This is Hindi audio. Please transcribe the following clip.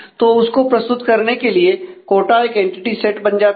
तो उसको प्रस्तुत करने के लिए कोटा एक एंटिटी सेट बन जाता है